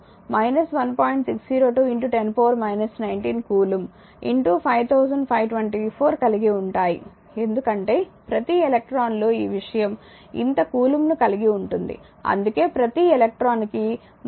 602 10 19 coulomb 5524 కలిగి ఉంటాయి ఎందుకంటే ప్రతి ఎలక్ట్రాన్లో ఈ విషయం ఇంత కూలుంబ్ను కలిగి ఉంటుంది అందుకే ప్రతి ఎలక్ట్రాన్ కి 1